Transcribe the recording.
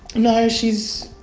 no she's,